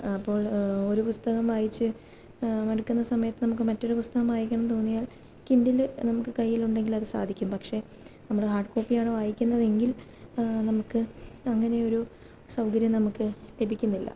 അപ്പോൾ ഒരു പുസ്തകം വായിച്ച് മടുക്കുന്ന സമയത്ത് നമുക്ക് മറ്റൊരു പുസ്തകം വായിക്കണം തോന്നിയാൽ കിൻഡിൽ നമുക്ക് കയ്യിലുണ്ടെങ്കിൽ അത് സാധിക്കും പക്ഷേ നമ്മൾ ഹാർഡ് കോപ്പി ആണ് വായിക്കുന്നതെങ്കിൽ നമുക്ക് അങ്ങനെ ഒരു സൗകര്യം നമുക്ക് ലഭിക്കുന്നില്ല